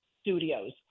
studios